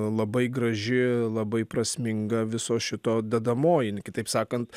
labai graži labai prasminga viso šito dedamoji kitaip sakant